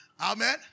Amen